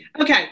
Okay